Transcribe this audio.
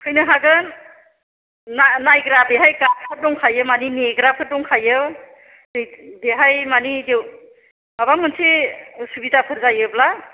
फैनो हागोन मा नायग्रा बेहाय गार्दफोर दंखायो मानि नेग्राफोर दंखायो बेहाय मानि देव माबा मोनसे असुबिदाफोर जायोब्ला